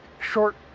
short